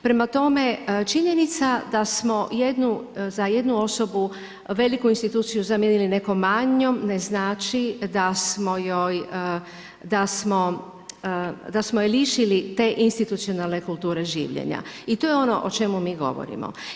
Prema tome, činjenica da smo za jednu osobu, veliku instituciju zamijenili nekom manjom ne znači da smo je lišili te institucionalne kulture življenja i to je ono o čemu mi govorimo.